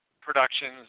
productions